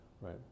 right